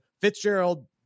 Fitzgerald